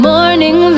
Morning